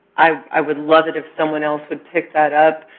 i i would love it if someone else would pick that up,